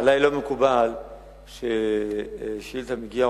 עלי לא מקובל ששאילתא מגיעה,